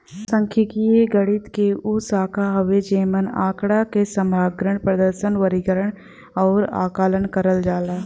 सांख्यिकी गणित क उ शाखा हउवे जेमन आँकड़ा क संग्रहण, प्रदर्शन, वर्गीकरण आउर आकलन करल जाला